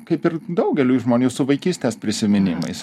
kaip ir daugeliui žmonių su vaikystės prisiminimais